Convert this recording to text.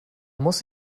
muss